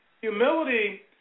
Humility